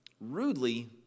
rudely